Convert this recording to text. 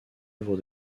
œuvre